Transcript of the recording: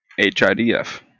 HIDF